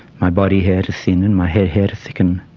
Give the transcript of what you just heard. my body hair to thin and my head hair to thicken.